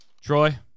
Troy